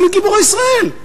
הוא מגיבורי ישראל.